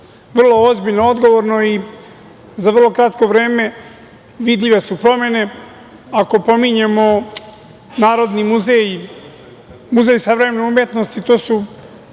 ozbiljno, odgovorno i za vrlo kratko vreme vidljive su promene. Ako pominjemo Narodni muzej i Muzej savremene umetnosti, to su